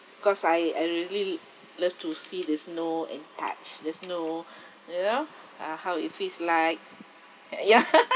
cause I I really love to see the snow and touch the snow you know uh how it feels like uh ya